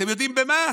אתם יודעים במה?